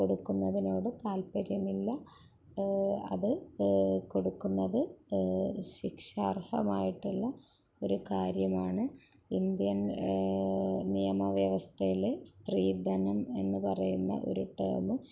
കൊടുക്കുന്നതിനോട് താല്പര്യമില്ല അത് കൊടുക്കുന്നത് ശിക്ഷാര്ഹമായിട്ടുള്ള ഒരു കാര്യമാണ് ഇന്ത്യന് നിയമ വ്യവസ്ഥയില് സ്ത്രീധനം എന്നുപറയുന്ന ഒരു ടേം